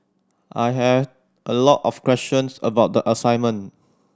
I had a lot of questions about the assignment